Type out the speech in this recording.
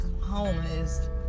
homeless